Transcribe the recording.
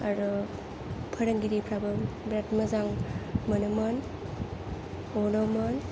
आरो फोरोंगिरिफ्राबो बिराद मोजां मोनोमोन अनोमोन